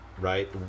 right